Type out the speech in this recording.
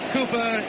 Cooper